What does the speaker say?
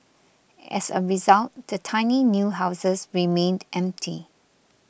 as a result the tiny new houses remained empty